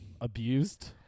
abused